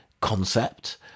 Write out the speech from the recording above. concept